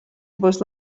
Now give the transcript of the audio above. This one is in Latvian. būs